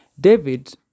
David